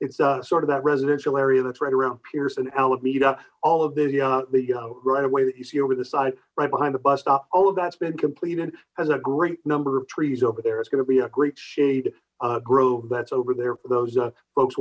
it's sort of that residential area right arund pearson alameda all of bieda the right way that you see over the side right behind the bus stop all of that's been completed has a great number of trees over there it's going to be a great shade grove that's over there for those folks